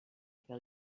fer